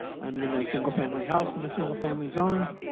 i am in a single-family house and single-family zone.